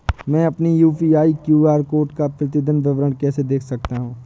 मैं अपनी UPI QR code का प्रतीदीन विवरण कैसे देख सकता हूँ?